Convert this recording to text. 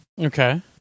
Okay